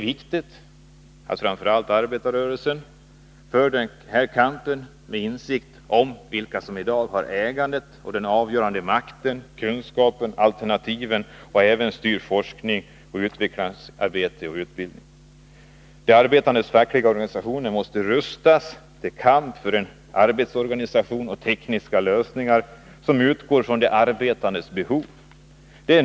Arbetarrörelsen måste föra den här kampen med insikt om vilka som i dag har ägandet och den avgörande makten, kunskaperna och alternativen och även styr forskning, utvecklingsarbete och utbildning. De arbetandes fackliga organisationer måste rustas till kamp för en arbetsorganisation och tekniska lösningar som utgår från de arbetandes behov.